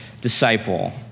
disciple